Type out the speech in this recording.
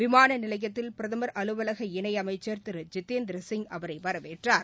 விமானநிலையத்தில் பிரதமர் அலுவலக இணையமைச்சர் ஜிதேந்திரசிங் அவரை வரவேற்றார்